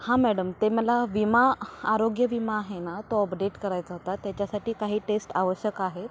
हा मॅडम ते मला विमा आरोग्य विमा आहे ना तो अपडेट करायचा होता त्याच्यासाठी काही टेस्ट आवश्यक आहेत